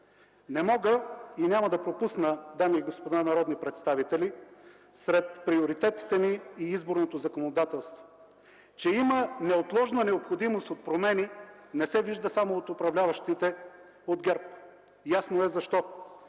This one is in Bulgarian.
Не мога и няма да пропусна, дами и господа народни представители, сред приоритетите ни и изборното законодателство. Че има неотложна необходимост от промени не се вижда само от управляващите от ГЕРБ. Ясно е защо.